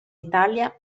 italia